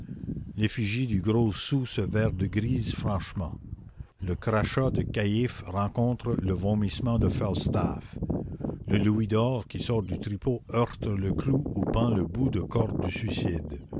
l'effigie du gros sou se vert de grise franchement le crachat de caïphe rencontre le vomissement de falstaff le louis d'or qui sort du tripot heurte le clou où pend le bout de corde du suicide